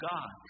God